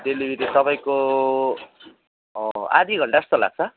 delivery तपाईँको आदि घन्टाजस्तो लाग्छ